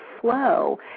flow